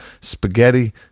spaghetti